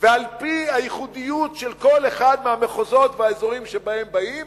ועל-פי הייחודיות של כל אחד מהמחוזות והאזורים שבהם באים